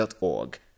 org